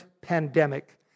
pandemic